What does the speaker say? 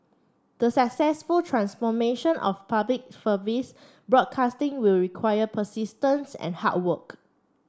the successful transformation of Public Service broadcasting will require persistence and hard work